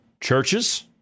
Churches